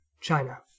China